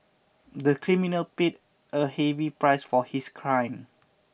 the criminal paid a heavy price for his crime